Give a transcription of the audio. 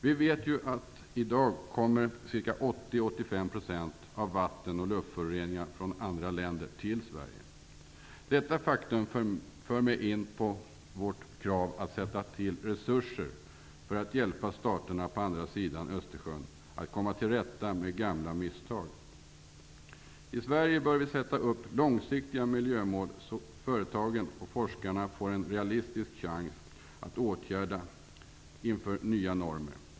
Vi vet ju att i dag kommer 80-85 % av vatten och luftföroreningar från andra länder till Sverige. Detta faktum för mig in på vårt krav att sätta till resurser för att hjälpa staterna på andra sidan Östersjön att komma till rätta med gamla misstag. I Sverige bör vi sätta upp långsiktiga miljömål, så att företagen och forskarna får en realistisk chans att åtgärda inför nya normer.